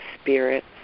spirits